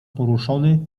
poruszony